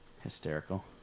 Hysterical